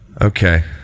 Okay